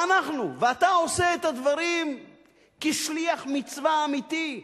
ואנחנו, ואתה עושה את הדברים כשליח מצווה אמיתי.